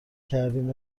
کردیم